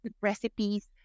recipes